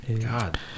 God